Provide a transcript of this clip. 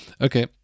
Okay